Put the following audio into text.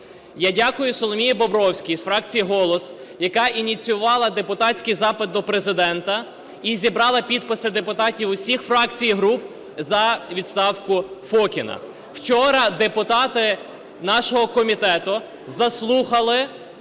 Я дякую Соломії Бобровській з фракції "Голос", яка ініціювала депутатський запит до Президента і зібрала підписи депутатів усіх фракцій і груп за відставку Фокіна. Вчора депутати нашого комітету заслухали